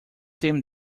seem